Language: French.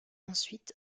ensuite